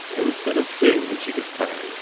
instead of sitting, when she gets tired,